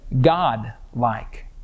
God-like